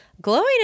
glowing